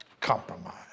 compromise